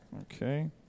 Okay